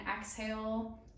exhale